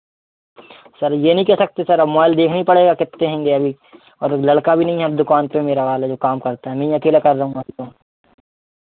sir ये नहीं कह सकते सर अब मोबाइल देखना पड़ेगा कितने होंगे अभी और लड़का भी नहीं है अब दुकान पर मेरा वाले जो काम करता मैं ही अकेला कर रहा हूँ